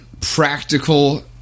practical